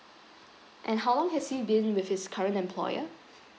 and how long has he been with his current employer